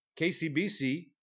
KCBC